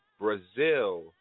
Brazil